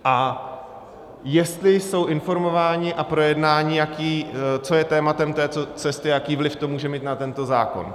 A jestli jsou informováni a pro jednání, co je tématem této cesty a jaký vliv to může mít na tento zákon.